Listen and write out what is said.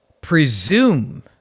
presume